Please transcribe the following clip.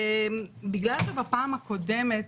בגלל שבפעם הקודמת,